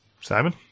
Simon